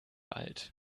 alt